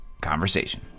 conversation